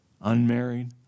unmarried